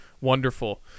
wonderful